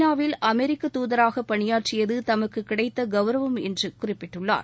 நா வில் அமெரிக்க துதராக பணியாற்றியது தமக்கு கிடைத்த கவுரவம் என்று குறிப்பிட்டுள்ளார்